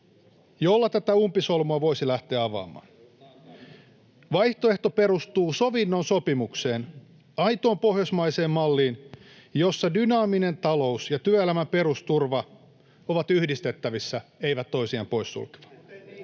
jolla tätä umpisolmua voisi lähteä avaamaan. Vaihtoehto perustuu sovinnon sopimukseen, aitoon pohjoismaiseen malliin, jossa dynaaminen talous ja työelämän perusturva ovat yhdistettävissä, eivät toisiaan poissulkevia.